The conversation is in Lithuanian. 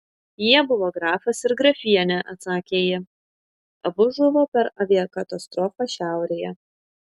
jie buvo grafas ir grafienė atsakė ji abu žuvo per aviakatastrofą šiaurėje